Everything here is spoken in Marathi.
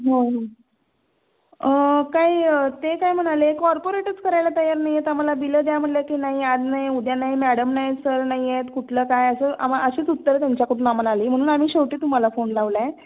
हो काही ते काय म्हणाले कॉर्पोरेटच करायला तयार नाही आहेत आम्हाला बिलं द्या म्हटलं की नाही आज नाही उद्या नाही मॅडम नाही सर नाही आहेत कुठलं काय असं आमा अशीच उत्तरं त्यांच्याकडून आम्हाला आली म्हणून आम्ही शेवटी तुम्हाला फोन लावला आहे